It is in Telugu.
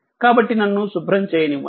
కాబట్టి నన్ను శుభ్రం చేయనివ్వండి